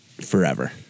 forever